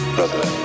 Brother